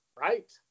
Right